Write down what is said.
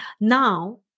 Now